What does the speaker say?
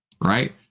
right